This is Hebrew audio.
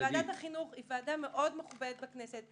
ועדת החינוך היא ועדה מאוד מכובדת בכנסת,